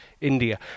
India